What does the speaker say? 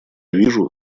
вижу